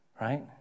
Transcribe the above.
right